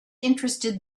interested